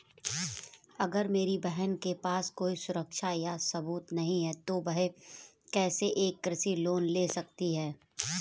अगर मेरी बहन के पास कोई सुरक्षा या सबूत नहीं है, तो वह कैसे एक कृषि लोन ले सकती है?